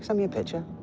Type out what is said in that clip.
so me a picture.